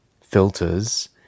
filters